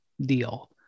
deal